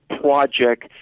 project